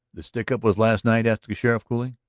the stick-up was last night? asked the sheriff coolly.